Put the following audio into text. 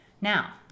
Now